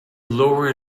lower